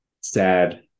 Sad